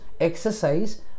exercise